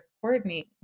coordinate